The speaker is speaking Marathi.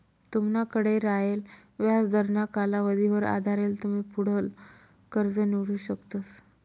तुमनाकडे रायेल व्याजदरना कालावधीवर आधारेल तुमी पुढलं कर्ज निवडू शकतस